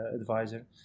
advisor